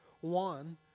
One